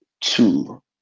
two